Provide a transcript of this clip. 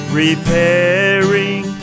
repairing